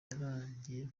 yarangiye